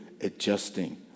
adjusting